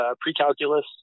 pre-calculus